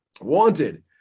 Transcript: wanted